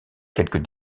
quelques